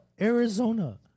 Arizona